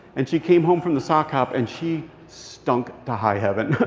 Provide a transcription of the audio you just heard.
and she came home from the sock hop, and she stunk to high heaven.